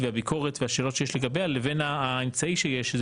והביקורת והשאלות שיש לגביה לבין האמצעי שיש.